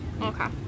okay